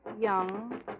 young